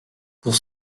pour